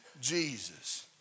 Jesus